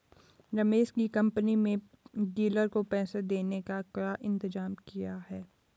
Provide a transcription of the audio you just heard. रमेश की कंपनी में डीलर को पैसा देने का क्या इंतजाम किया है?